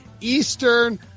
Eastern